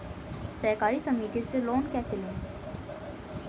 सहकारी समिति से लोन कैसे लें?